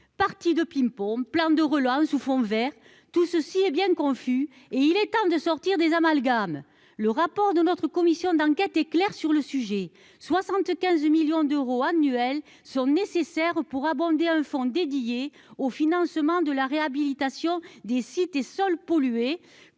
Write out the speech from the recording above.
partie de ping-pong, plan de relance au fond Vert, tout ceci est bien confus et il est temps de sortir des amalgames, le rapport de notre commission d'enquête éclair sur le sujet 75 millions d'euros annuels sont nécessaires pour abonder un fonds dédié au financement de la réhabilitation des sites et sols pollués